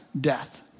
Death